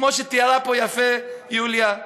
כמו שתיארה פה יפה יוליה,